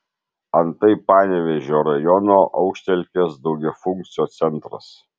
antai panevėžio rajono aukštelkės daugiafunkcio centras